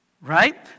Right